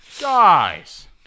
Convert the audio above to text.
guys